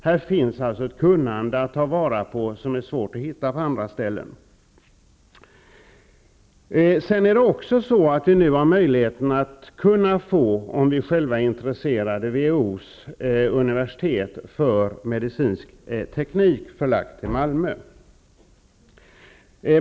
Här finns alltså ett kunnande att ta vara på som det är svårt att hitta på andra ställen. Vi har nu möjligheter, om vi själva är intresserade, att få WHO:s universitet för medicinsk teknik förlagt till Malmö.